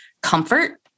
comfort